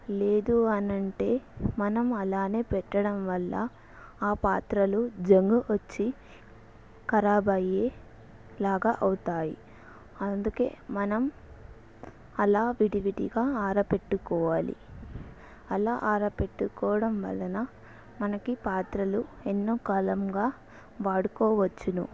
లేదు అనంటే మనం అలానే పెట్టడం వల్ల ఆ పాత్రలు జంగుకొచ్చి ఖరాబ్ అయ్యే లాగా అవుతాయి అందుకే మనం అలా విడివిడిగా ఆరబెట్టుకోవాలి అలా ఆరబెట్టుకోవడం వలన మనకి పాత్రలు ఎంతో కాలంగా వాడుకోవచ్చును